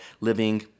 living